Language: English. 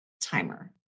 timer